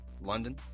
London